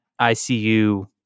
ICU